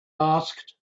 asked